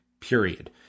period